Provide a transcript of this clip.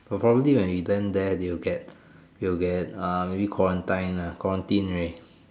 probably when we hidden there they will get they will get uh quarantine lah quarantine already